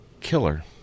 killer